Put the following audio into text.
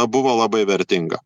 buvo labai vertinga